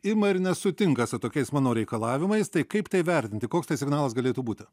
ima ir nesutinka su tokiais mano reikalavimais tai kaip tai vertinti koks tai signalas galėtų būti